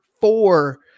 four